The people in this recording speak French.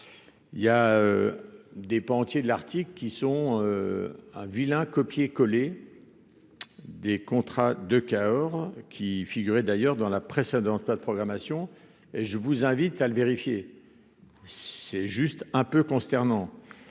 il y a des pans entiers de l'Arctique, qui sont un vilain copier/coller. Des contrats de Cahors, qui figurait d'ailleurs dans la presse dans notre programmation et je vous invite à le vérifier, c'est juste un peu consternant